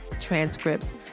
transcripts